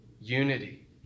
unity